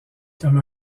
comme